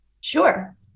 Sure